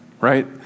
Right